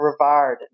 Rivard